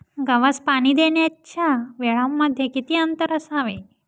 गव्हास पाणी देण्याच्या वेळांमध्ये किती अंतर असावे?